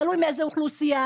תלוי מאיזו אוכלוסייה,